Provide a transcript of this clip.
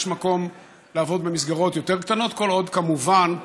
יש מקום לעבוד במסגרות יותר קטנות, כל עוד, כמובן,